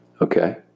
Okay